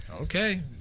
okay